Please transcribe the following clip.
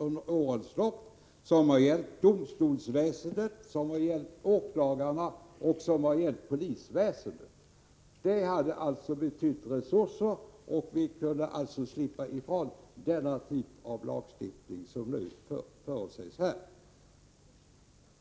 under årens lopp, nämligen motioner som gällt domstolsväsendet, åklagarna och polisväsendet. Om de hade bifallits hade det betytt resurser, och vi kunde ha sluppit ifrån den typ av lagstiftning som här förordas.